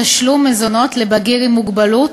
תשלום מזונות לבגיר עם מוגבלות),